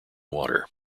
water